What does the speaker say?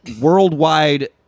worldwide